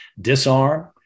disarm